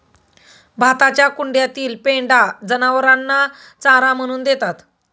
भाताच्या कुंड्यातील पेंढा जनावरांना चारा म्हणून देतात